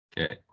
Okay